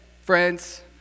Friends